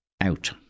out